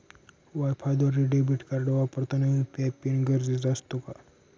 वायफायद्वारे debit card वापरताना UPI PIN गरजेचा असतो का?